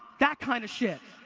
that kind of shit.